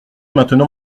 maintenant